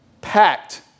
packed